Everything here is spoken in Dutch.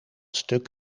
stuk